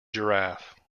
giraffe